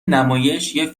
نمایش، یه